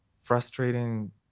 frustrating